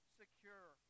secure